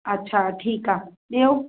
अच्छा ठीकु आहे ॿियो